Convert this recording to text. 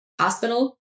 hospital